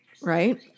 right